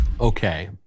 Okay